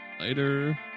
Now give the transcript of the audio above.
Later